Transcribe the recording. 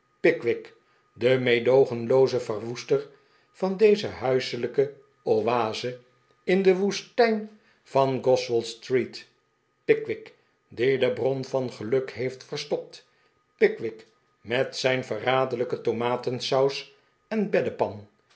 de meedoogenlooze verwoester van deze huiselijke oase in'de woestijn van goswell street pickwick die de bron van geluk heeft yerstopt pickwick met zijn verraderlijke tomaten saus en beddepan